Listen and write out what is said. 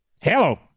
Hello